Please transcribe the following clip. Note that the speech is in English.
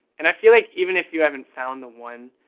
and i feel like, even if you haven't found the one,